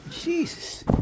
Jesus